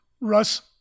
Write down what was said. Russ